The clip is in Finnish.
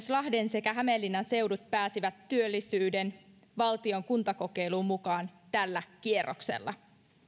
lahden sekä hämeenlinnan seudut pääsivät valtion työllisyyden kuntakokeiluun mukaan tällä kierroksella